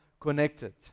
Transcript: connected